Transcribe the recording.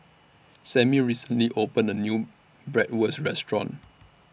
Sammie recently opened A New Bratwurst Restaurant